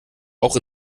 auch